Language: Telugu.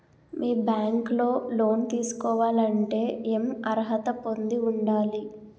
మీ బ్యాంక్ లో లోన్ తీసుకోవాలంటే ఎం అర్హత పొంది ఉండాలి?